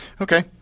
okay